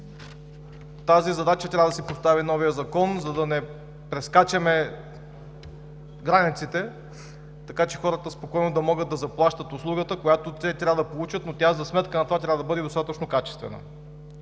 Тази задача трябва да си постави новият закон, за да не прескачаме границите, така че хората спокойно да могат да заплащат услугата, която те трябва да получат, но тя за сметка на това трябва да бъде достатъчно качествена.